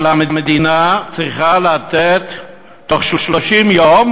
והיא שהמדינה צריכה להשיב בתוך 30 יום